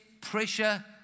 pressure